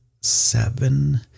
seven